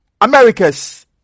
Americas